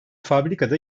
fabrikada